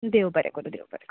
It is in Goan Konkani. देव बरें करूं देव बरें करूं